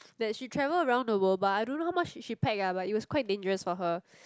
that she travels around the world but I don't how much she she packed ah but it was quite dangerous for her